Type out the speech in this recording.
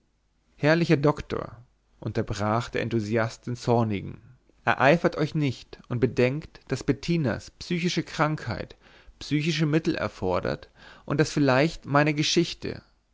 herrlicher doktor unterbrach der enthusiast den zornigen ereifert euch nicht und bedenkt daß bettinas psychische krankheit psychische mittel erfordert und daß vielleicht meine geschichte